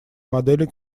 модели